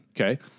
Okay